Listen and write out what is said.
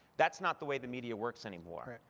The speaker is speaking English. that's not the way the media works anymore.